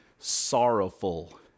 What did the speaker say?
sorrowful